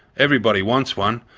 everybody wants one,